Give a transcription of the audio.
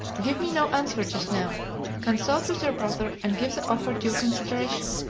give me no answer just now consult with your brother, and give the offer due consideration,